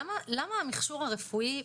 למה המכשור הרפואי בכלל,